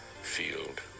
field